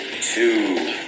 two